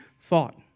thought